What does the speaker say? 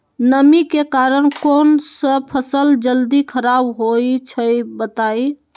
नमी के कारन कौन स फसल जल्दी खराब होई छई बताई?